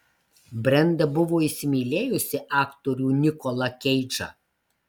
brenda buvo įsimylėjusi aktorių nikolą keidžą